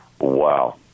Wow